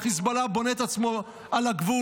חיזבאללה בונה את עצמו על הגבול.